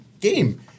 game